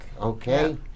Okay